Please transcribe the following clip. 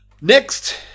Next